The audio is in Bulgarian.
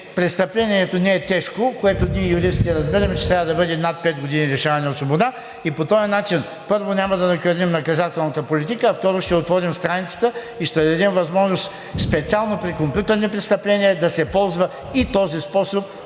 престъплението не е тежко, което ние юристите разбираме, че трябва да бъде над пет години лишаване от свобода и по този начин, първо, няма да накърним наказателната политика, а второ, ще отворим страницата и ще дадем възможност специално при компютърни престъпления да се ползва и този способ,